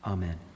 Amen